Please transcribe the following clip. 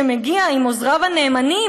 שמגיע עם עוזריו הנאמנים,